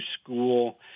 school